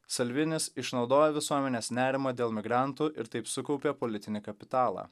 salvinis išnaudoja visuomenės nerimą dėl migrantų ir taip sukaupia politinį kapitalą